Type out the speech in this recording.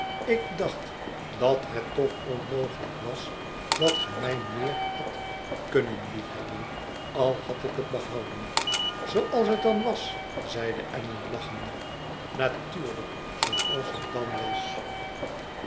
ik dacht dat het toch onmogelijk was dat ge mij meer hadt kunnen liefhebben al had ik het behouden zooals het dan was zeide allan lachende natuurlijk zooals het dan was